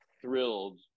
thrilled